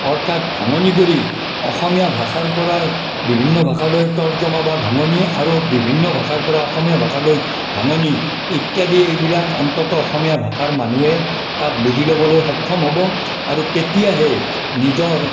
অৰ্থাৎ ভাঙনি কৰি অসমীয়া ভাষাৰ পৰা বিভিন্ন ভাষালৈ তৰ্জমা বা ভাঙনিয়ে আৰু বিভিন্ন ভাষাৰ পৰা অসমীয়া ভাষালৈ ভাঙনি ইত্যাদি এইবিলাক অন্তত অসমীয়া ভাষাৰ মানুহে তাক বুজি ল'বলৈ সক্ষম হ'ব আৰু তেতিয়াহে নিজৰ